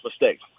mistakes